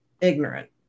ignorant